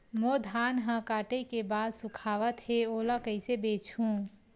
मोर धान ह काटे के बाद सुखावत हे ओला कइसे बेचहु?